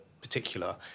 particular